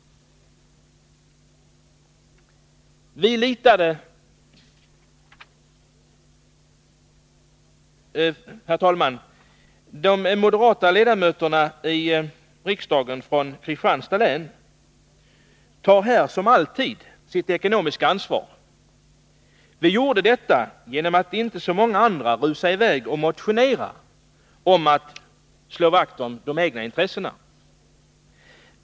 De moderata ledamöterna från Kristianstads län tar här som alltid sitt ekonomiska ansvar. Vi gjorde detta genom att inte som många andra rusa iväg och motionera om att slå vakt om de egna intressena.